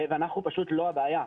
אנחנו לא הבעיה.